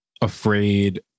afraid